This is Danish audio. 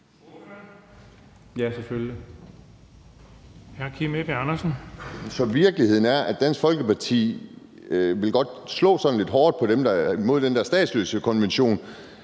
Så virkeligheden er, at Dansk Folkeparti godt vil slå sådan lidt hårdt ned på den der statsløsekonvention,